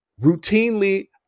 routinely